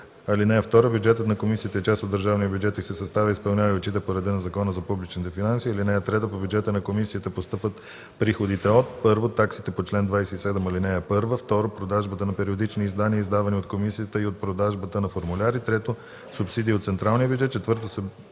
бюджет. (2) Бюджетът на комисията е част от държавния бюджет и се съставя, изпълнява и отчита по реда на Закона за публичните финанси. (3) По бюджета на комисията постъпват приходите от: 1. таксите по чл. 27, ал. 1; 2. продажбата на периодични издания, издавани от комисията, и от продажбата на формуляри; 3. субсидия от централния бюджет; 4. събраните